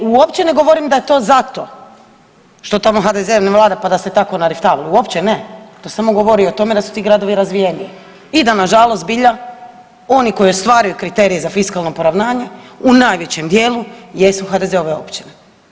Ne, uopće ne govorim da je to zato što tamo HDZ ne vlada, pa da se tako nariktavalo, uopće ne, to samo govori o tome da su ti gradovi razvijeniji i da nažalost zbilja oni koji ostvaruju kriterije za fiskalno poravnanje u najvećem dijelu jesu HDZ-ove općine.